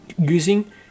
using